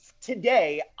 today